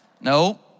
No